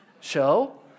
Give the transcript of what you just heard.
show